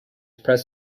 press